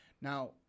Now